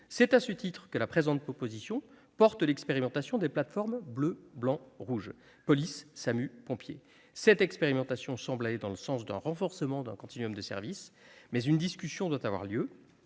C'est à ce titre que la présente proposition porte l'expérimentation des plateformes « bleu-blanc-rouge », police-SAMU-pompiers. Cette expérimentation semble aller dans le sens du renforcement d'un continuum de services, mais une discussion doit avoir lieu.